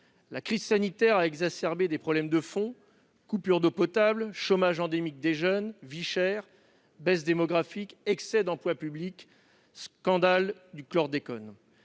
La crise sanitaire a exacerbé des problèmes de fond : coupures d'eau potable, chômage endémique des jeunes, vie chère, baisse démographique, excès d'emplois publics, scandale du chlordécone.